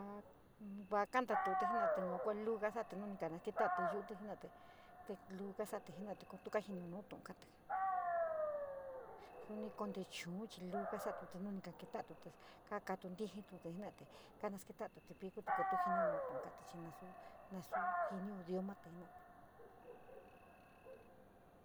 A va´a kantatu´utí jenouatí yua kuu lu kasati nuní koma, kantaátí yu´utí jena´atí te luu kasatii jenouatí kou tuo kajinio noo teou katu. Sou konte choun chi luu kasatiti nu minikate tauetotí keatou nitipíi jenouatí kara keatoutt pitou tuo jintou noun tú kaatí chi na su, naa su jinio diomatí jena´atí.